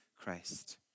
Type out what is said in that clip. Christ